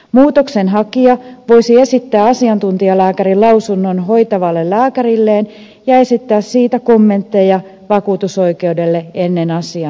muutoksenhakija voisi esittää asiantuntijalääkärin lausunnon hoitavalle lääkärilleen ja esittää siitä kommentteja vakuutusoikeudelle ennen asian ratkaisua